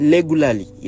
Regularly